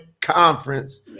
conference